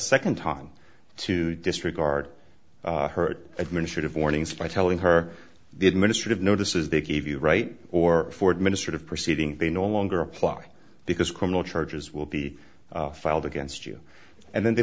second time to disregard hurt administrative warnings by telling her the administrative notice is they gave you right or for administrative proceeding they no longer apply because criminal charges will be filed against you and then they